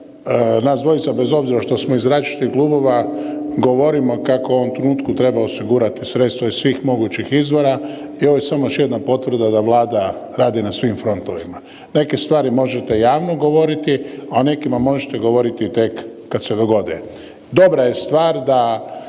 nas dvojica bez obzira što smo iz različitih klubova govorimo kako u ovom trenutku treba osigurati sredstva iz svih mogućih izvora i ovo je samo još jedna potvrda da Vlada radi na svim frontovima. Neke stvari možete javno govoriti, a o nekima možete govoriti tek kad se dogode.